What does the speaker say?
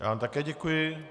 Já vám také děkuji.